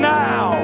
now